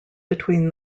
between